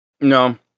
No